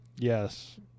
Yes